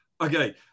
Okay